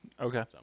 Okay